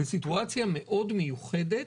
בסיטואציה מאוד מיוחדת,